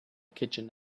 kitchen